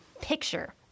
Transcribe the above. picture